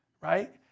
right